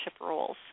roles